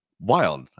wild